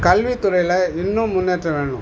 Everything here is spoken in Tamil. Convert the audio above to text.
கல்வித்துறையில் இன்னும் முன்னேற்றம் வேணும்